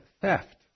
theft